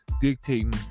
dictating